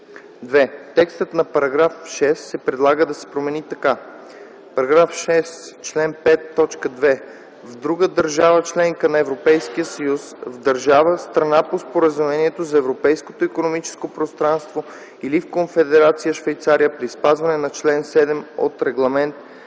2. Текстът на § 6 се предлага да се промени така: „§ 6. Член 5, т. 2 „в друга държава – членка на Европейския съюз, в държава – страна по Споразумението за европейското икономическо пространство или в Конфедерация Швейцария, при спазване на чл. 7 от Регламент